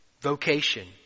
vocation